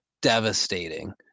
devastating